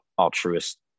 altruist